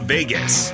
Vegas